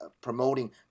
promoting